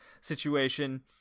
situation